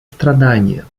страдания